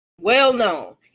well-known